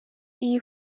iyi